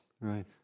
right